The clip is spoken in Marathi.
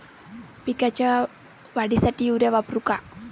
पिकाच्या वाढीसाठी युरिया वापरू का?